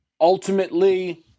Ultimately